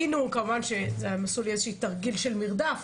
הם עשו לי כמובן איזשהו תרגיל של מרדף,